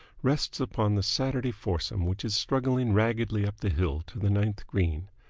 rests upon the saturday foursome which is struggling raggedly up the hill to the ninth green.